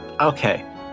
Okay